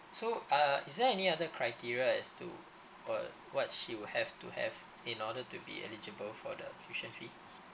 so uh is there any other criteria as to what what she'll have to have in order to be eligible for the tuition fee